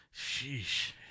Sheesh